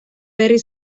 berri